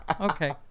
Okay